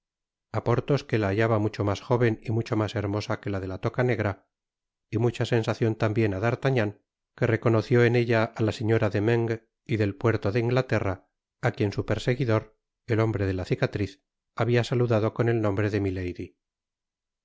porthos que la hallaba mucho mas jóven y mucho mas hermosa que la de la toca negra y mucha sensacion tambien á d'artagnan que reconoció en ella á la señora de meung y del puerto de inglaterra á quien su perseguidor el hombre de la cicatriz habia saludado con el nombre de milady